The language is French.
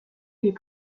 les